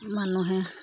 মানুহে